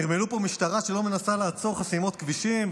נרמלו פה משטרה שלא מנסה לעצור חסימות כבישים,